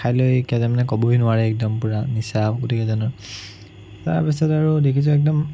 খাই লৈ কেইজনমানে ক'বই নোৱাৰে একদম পূৰা নিচা গোটেইকেইজনৰ তাৰপিছত আৰু দেখিছোঁ একদম